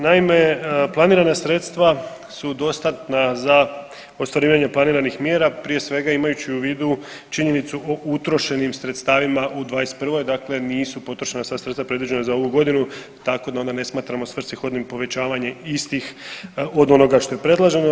Naime, planirana sredstva su dostatna za ostvarivanje planiranih mjera prije svega imajući u vidu činjenicu o utrošenim sredstavima u '21., dakle nisu potrošena sva sredstva predviđena za ovu godinu tako da onda ne smatramo svrsishodnim povećanje istih od onoga što je predloženo.